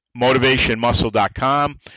motivationmuscle.com